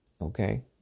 okay